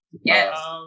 Yes